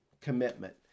Commitment